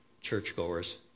churchgoers